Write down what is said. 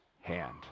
hand